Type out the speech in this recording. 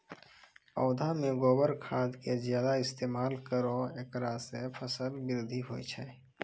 पौधा मे गोबर खाद के ज्यादा इस्तेमाल करौ ऐकरा से फसल बृद्धि होय छै?